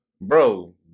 bro